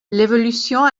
l’évolution